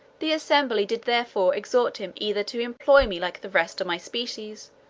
the assembly did therefore exhort him either to employ me like the rest of my species,